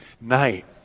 night